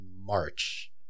March